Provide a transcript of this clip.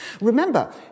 Remember